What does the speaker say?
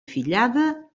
fillada